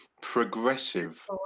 Progressive